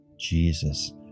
Jesus